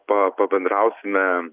pa pabendrausime